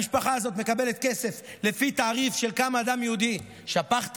המשפחה הזאת מקבלת כסף לפי תעריף של כמה דם יהודי שפכת,